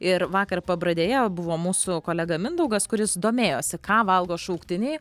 ir vakar pabradėje buvo mūsų kolega mindaugas kuris domėjosi ką valgo šauktiniai